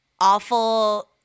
Awful